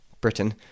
Britain